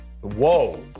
Whoa